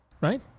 right